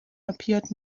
appeared